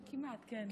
כמעט, כן.